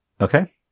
Okay